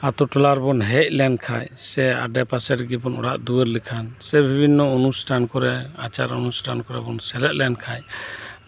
ᱟᱛᱳ ᱴᱚᱞᱟ ᱨᱮᱵᱩᱱ ᱦᱮᱡ ᱞᱮᱱᱠᱷᱟᱱ ᱥᱮ ᱟᱰᱮ ᱯᱟᱥᱮ ᱨᱮᱜᱮᱵᱩᱱ ᱚᱲᱟᱜ ᱫᱩᱣᱟᱹᱨ ᱞᱮᱠᱷᱟᱱ ᱥᱮ ᱵᱤᱵᱷᱤᱱᱱᱚ ᱚᱱᱩᱥᱴᱷᱟᱱ ᱠᱚᱨᱮ ᱟᱪᱟᱨ ᱚᱱᱩᱥᱴᱷᱟᱱ ᱠᱚᱨᱮᱵᱩᱱ ᱥᱮᱞᱮᱫ ᱞᱮᱱᱠᱷᱟᱱ